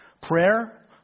prayer